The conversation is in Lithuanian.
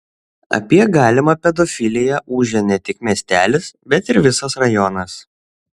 apie galimą pedofiliją ūžė ne tik miestelis bet ir visas rajonas